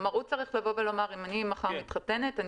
אם אני מחר מתחתנת,